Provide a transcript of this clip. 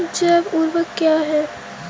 जैव ऊर्वक क्या है?